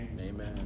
Amen